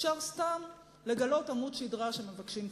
אפשר סתם לגלות עמוד שדרה כשמבקשים כספים.